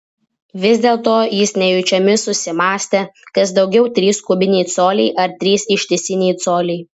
vis dėlto jis nejučiomis susimąstė kas daugiau trys kubiniai coliai ar trys ištisiniai coliai